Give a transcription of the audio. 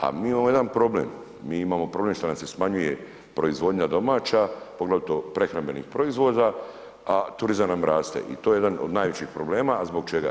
A mi imamo jedan problem, mi imamo problem što nam se smanjuje proizvodnja domaća, poglavito prehrambenih proizvoda, a turizam nam raste i to je jedan od najveći problema, a zbog čega?